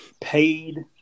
paid